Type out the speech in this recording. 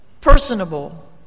personable